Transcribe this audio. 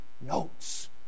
notes